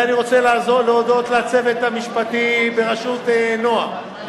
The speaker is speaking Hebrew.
ואני רוצה להודות לצוות המשפטי בראשות נועה,